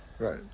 Right